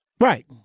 Right